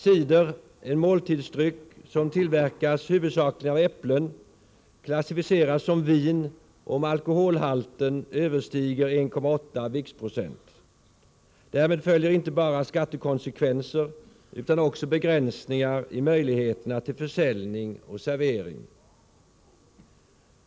Cider, en måltidsdryck som tillverkas huvudsakligen av äpplen, klassificeras som vin om alkoholhalten överstiger 1,8 viktprocent. Därmed följer inte bara skattekonsekvenser utan också begränsningar i möjligheterna till försäljning och servering.